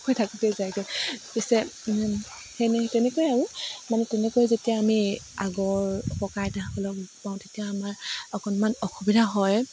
কৈ থাকোঁতেই যায়গৈ পিছে সেনে তেনেকৈ আৰু মানে তেনেকৈ যেতিয়া আমি আগৰ ককা আইতাসকলক লগ পাওঁ তেতিয়া আমাৰ অকণমান অসুবিধা হয়